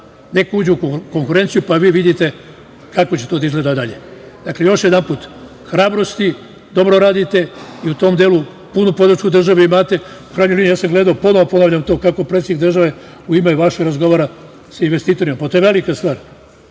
Neka uđe u konkurenciju, pa vi vidite kako će to da izgleda dalje. Dakle, još jedanput, hrabrosti, dobro radite i u tom delu punu podršku države imate. U krajnjoj liniji, ja sam gledao, ponovo ponavljam to kako predsednik države u ime vaše razgovara sa investitorima. Pa to je velika stvar.